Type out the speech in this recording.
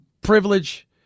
Privilege